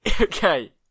Okay